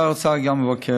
גם שר האוצר מבקר.